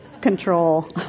Control